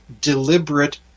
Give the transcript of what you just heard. deliberate